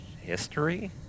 history